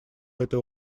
этой